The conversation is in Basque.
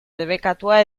debekatua